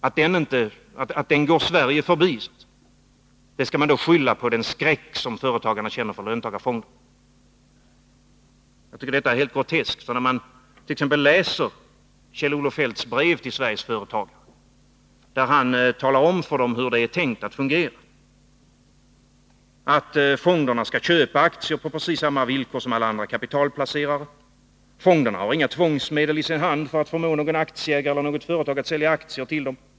Att den går Sverige förbi skyller man på den skräck som företagarna skulle känna för löntagarfonder! Detta är helt groteskt. När man t.ex. läser Kjell-Olof Feldts brev till Sveriges företag finner man att han där talar om för dem hur det är tänkt att fungera, att fonderna skall köpa aktier på precis samma villkor som alla andra kapitalplacerare, att fonderna inte har några tvångsmedel i sin hand för att förmå någon aktieägare eller något företag att sälja aktier till dem.